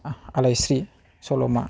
आलाइस्रि सल'मा